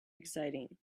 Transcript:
exciting